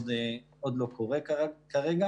עוד נקודה קטנה אחת.